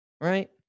right